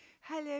hello